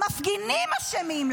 המפגינים אשמים,